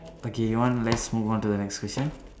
okay one let's move on to the next question